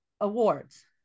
awards